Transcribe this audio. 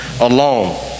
alone